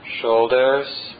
shoulders